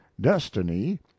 destiny